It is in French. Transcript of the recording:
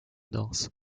danse